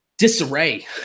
disarray